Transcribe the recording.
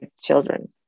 children